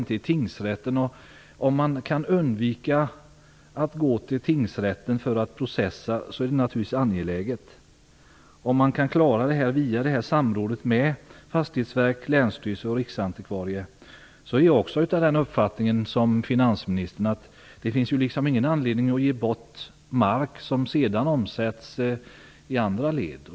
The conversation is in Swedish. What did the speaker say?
Det är naturligtvis angeläget att man kan undvika att gå till tingsrätten för att processa. Om man kan klara detta via samrådet mellan Fastighetsverket, länsstyrelsen och Riksantikvarien är jag av samma uppfattning som finansministern. Det finns ingen anledning att ge bort mark som sedan omsätts i andra led.